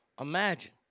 Imagine